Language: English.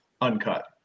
uncut